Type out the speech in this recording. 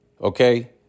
Okay